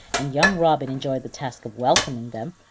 and young robin enjoyed the task of welcoming them,